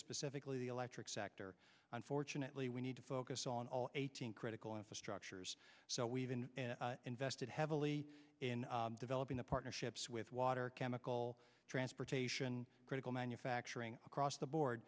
specifically the electric sector unfortunately we need to focus on all eighteen critical infrastructures so we've been invested heavily in developing the partnerships with water chemical transportation critical manufacturing across the board